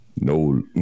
no